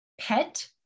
pet